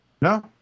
No